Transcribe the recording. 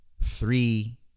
three